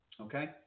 Okay